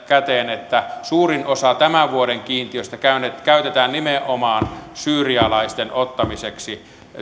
että suurin osa tämän vuoden kiintiöistä käytetään nimenomaan syyrialaisten ottamiseksi